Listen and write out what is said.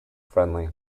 friendly